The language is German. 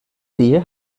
sehe